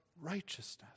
righteousness